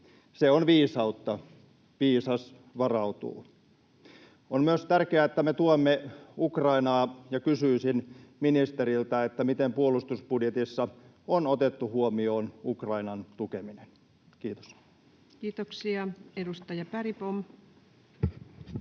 Se on viisautta. Viisas varautuu. On myös tärkeää, että me tuemme Ukrainaa, ja kysyisin ministeriltä: miten puolustusbudjetissa on otettu huomioon Ukrainan tukeminen? — Kiitos. Kiitoksia. — Edustaja Bergbom. Arvoisa